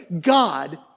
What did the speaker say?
God